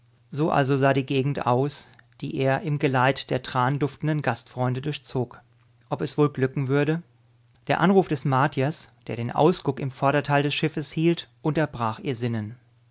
so also sah die gegend aus die er im geleit der tranduftenden gastfreunde durchzog ob es wohl glücken würde der anruf des martiers der den ausguck im vorderteil des schiffes hielt unterbrach ihr sinnen